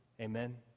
Amen